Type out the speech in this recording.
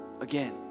again